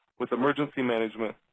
with emergency management,